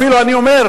אפילו אני אומר,